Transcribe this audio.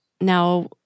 now